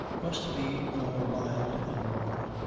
must be more mild and warm,